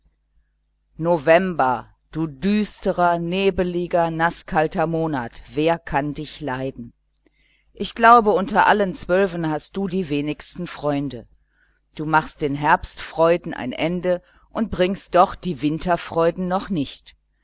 november du düsterer nebeliger naßkalter monat wer kann dich leiden ich glaube unter allen zwölfen hast du die wenigsten freunde du machst den herbstfreuden ein ende und bringst doch die winterfreuden noch nicht